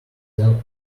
then